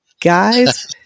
guys